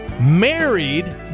married